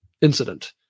incident